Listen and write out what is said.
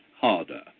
harder